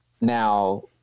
now